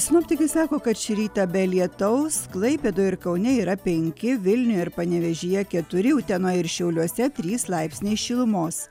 sinoptikai sako kad šį rytą be lietaus klaipėdoje ir kaune yra penki vilniuje ir panevėžyje keturi utenoje ir šiauliuose trys laipsniai šilumos